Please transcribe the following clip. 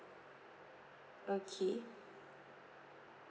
okay